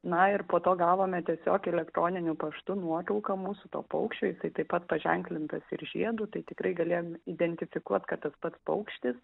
na ir po to gavome tiesiog elektroniniu paštu nuotrauka mūsų to paukščio jisai taip pat paženklintas ir žiedu tai tikrai galėjom identifikuot kad tas pats paukštis